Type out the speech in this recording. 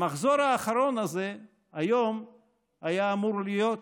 המחזור האחרון הזה היה אמור להיות היום,